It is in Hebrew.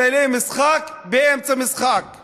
בגלל שאתה ממפלגת השלטון,